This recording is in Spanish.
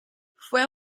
fue